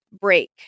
break